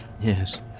Yes